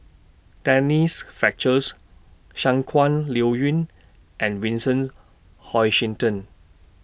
Denise Fletcher's Shangguan Liuyun and Vincent Hoisington